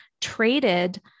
traded